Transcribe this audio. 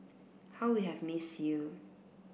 how we have miss you